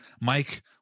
Mike